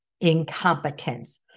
incompetence